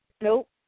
nope